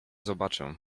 zobaczę